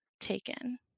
taken